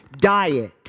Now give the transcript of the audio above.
diet